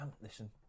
listen